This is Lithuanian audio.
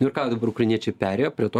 ir ką dabar ukrainiečiai perėjo prie to